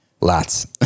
Lots